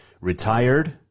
retired